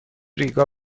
ریگا